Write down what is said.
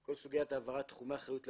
כל סוגית העברת תחומי האחריות לבט"פ.